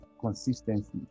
consistency